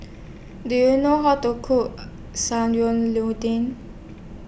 Do YOU know How to Cook Sayur Lodeh